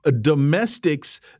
domestics